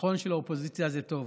נכון שלאופוזיציה זה טוב,